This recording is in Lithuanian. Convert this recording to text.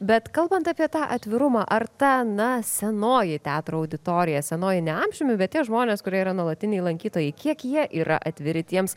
bet kalbant apie tą atvirumą ar ta na senoji teatro auditorija senoji ne amžiumi bet tie žmonės kurie yra nuolatiniai lankytojai kiek jie yra atviri tiems